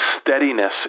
steadiness